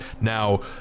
Now